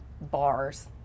bars